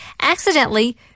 accidentally